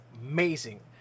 amazing